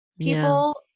people